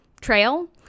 Trail